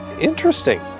interesting